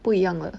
不一样的